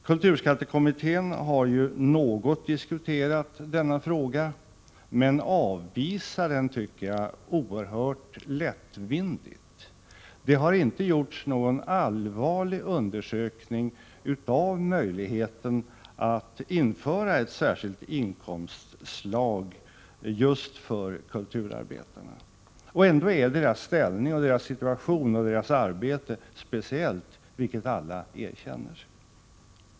Kulturskattekommittén har något diskuterat denna fråga men avvisar den oerhört lättvindigt, tycker jag. Det har inte gjorts någon allvarlig undersökning av möjligheten att införa ett särskilt inkomstslag just för kulturarbetarna. Och ändå är deras ställning, deras situation och deras arbete speciellt, vilket alla erkänner.